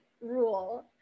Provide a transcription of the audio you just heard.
rule